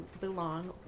belong